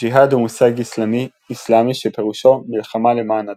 ג'יהאד הוא מושג אסלאמי שפירושו "מלחמה למען הדת".